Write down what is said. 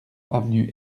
avenue